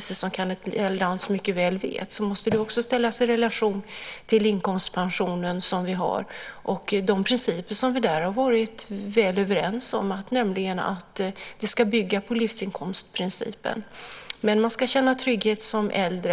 Som Kenneth Lantz mycket väl vet måste det också ställas i relation till den inkomstpension vi har och de principer som vi där har varit väl överens om, nämligen att det ska bygga på livsinkomstprincipen. Man ska känna trygghet som äldre.